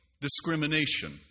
discrimination